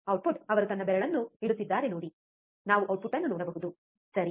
output ಅವರು ತನ್ನ ಬೆರಳನ್ನು ಇಡುತ್ತಿದ್ದಾರೆ ನೋಡಿ ನಾವು ಔಟ್ಪುಟ್ ಅನ್ನು ನೋಡಬಹುದು ಸರಿ